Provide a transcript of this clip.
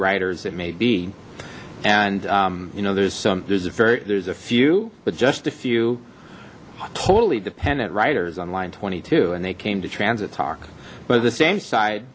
writers it may be and you know there's some there's a very there's a few but just a few totally dependent writers on line twenty two and they came to transit talk but the same side